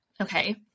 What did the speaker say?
okay